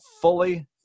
fully